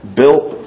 built